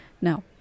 now